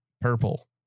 purple